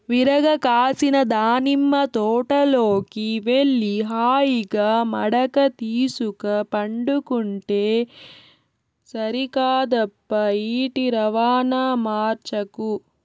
విరగ కాసిన దానిమ్మ తోటలోకి వెళ్లి హాయిగా మడక తీసుక పండుకుంటే సరికాదప్పా ఈటి రవాణా మార్చకు